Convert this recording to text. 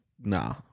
nah